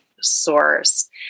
source